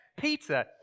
Peter